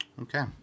Okay